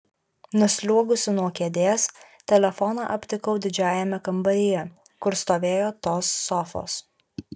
nusliuogusi nuo kėdės telefoną aptikau didžiajame kambaryje kur stovėjo tos sofos